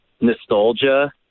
Nostalgia